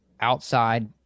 outside